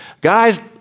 Guys